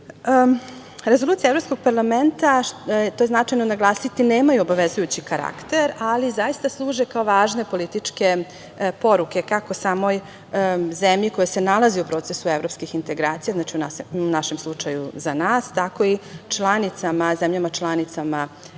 slučaju. Rezolucije Evropskog parlamenta, značajno je naglasiti, nema obavezujući karakter, ali zaista služe kao važne politike poruke, kako samoj zemlji koja se nalazi u procesu evropskih integracija, znači u našem slučaju za nas, tako i zemljama članicama EU.Mi